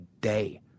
day